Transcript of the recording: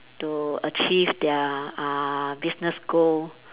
to achieve their uh business goal